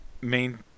main